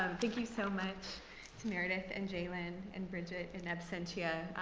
um thank you so much to meredith and jaylen and bridget in absentia.